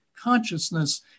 consciousness